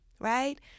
right